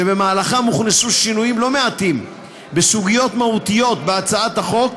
שבמהלכם הוכנסו שינויים לא מעטים בסוגיות מהותיות בהצעת החוק.